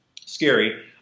scary